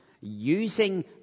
using